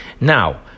Now